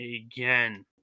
again